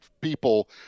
people